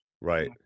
right